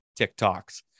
TikToks